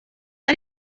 ari